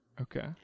okay